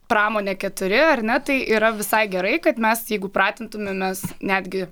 pramonė keturi ar ne tai yra visai gerai kad mes jeigu pratintumėmės netgi